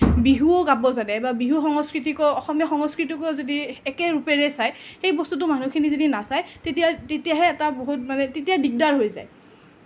বিহুও গাব জানে বা বিহু সংস্কৃতিক অসমীয়া সংস্কৃতিকো যদি একে ৰূপেৰে চায় সেই বস্তুটো মানুহখিনিয়ে যদি নাচায় তেতিয়া তেতিয়াহে এটা বহুত মানে তেতিয়া দিগদাৰ হৈ যায়